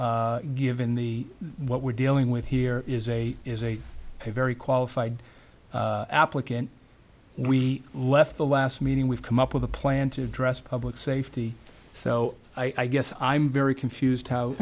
given the what we're dealing with here is a is a very qualified applicant we left the last meeting we've come up with a plan to address public safety so i guess i'm very confused ho